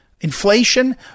inflation